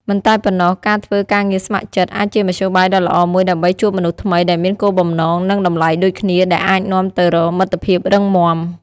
មិនតែប៉ុណ្ណោះ ការធ្វើការងារស្ម័គ្រចិត្តអាចជាមធ្យោបាយដ៏ល្អមួយដើម្បីជួបមនុស្សថ្មីដែលមានគោលបំណង និងតម្លៃដូចគ្នា ដែលអាចនាំទៅរកមិត្តភាពរឹងមាំ។